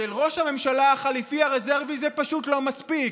של ראש הממשלה החליפי, הרזרבי, זה פשוט לא מספיק,